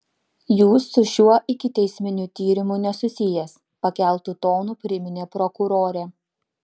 jūs su šiuo ikiteisminiu tyrimu nesusijęs pakeltu tonu priminė prokurorė